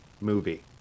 movie